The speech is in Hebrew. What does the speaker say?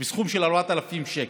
ובסכום של 4,000 שקלים.